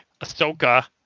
Ahsoka